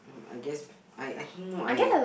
I guess I I think I